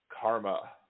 karma